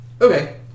Okay